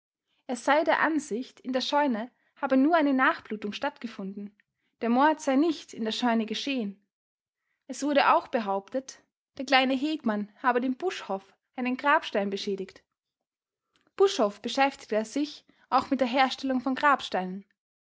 er sei der ansicht in der scheune habe nur eine nachblutung stattgefunden der mord sei nicht in der scheune geschehen es wurde auch behauptet der kleine hegmann habe dem buschhoff einen grabstein beschädigt buschhoff beschäftigte sich auch mit der herstellung von